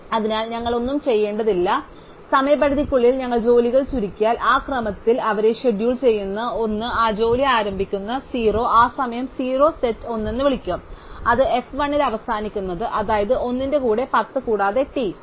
അതിനാൽ ഞങ്ങൾ ഒന്നും ചെയ്യേണ്ടതില്ല സമയപരിധിക്കുള്ളിൽ ഞങ്ങൾ ജോലികൾ ചുരുക്കിയാൽ ഞങ്ങൾ ആ ക്രമത്തിൽ അവരെ ഷെഡ്യൂൾ ചെയ്യുന്നു 1 ആ ജോലി ആരംഭിക്കുന്നു 0 ആ സമയം 0 സെറ്റ് 1 എന്ന് വിളിക്കും അത് എഫ് 1 ൽ അവസാനിക്കുന്നു അതായത് 1 ന്റെ 1 0 കൂടാതെ t